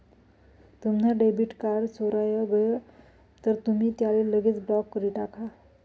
तुम्हना debit card चोराय गय तर तुमी त्याले लगेच ब्लॉक करी टाका